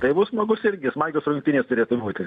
tai bus smagus irgi smagios rungtynės turėtų būti